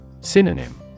Synonym